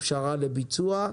הפשרה לביצוע,